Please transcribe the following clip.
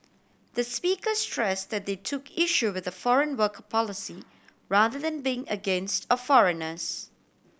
the speaker stress that they took issue with the foreign worker policy rather than being against or foreigners